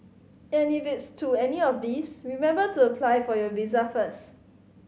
and if it's to any of these remember to apply for your visa first